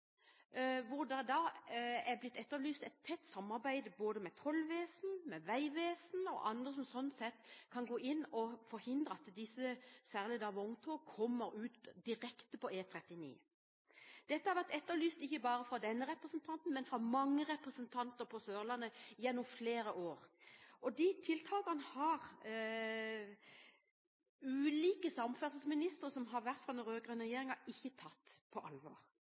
er det blitt etterlyst et tett samarbeid mellom både tollvesenet, vegvesenet og andre som kan forhindre at særlig vogntog kommer direkte ut på E39. Dette har vært etterlyst gjennom flere år – ikke bare av denne representanten, men av mange andre representanter fra Sørlandet. Disse tiltakene har ulike samferdselsministre fra den rød-grønne regjeringen ikke tatt på alvor.